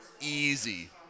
easy